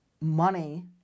Money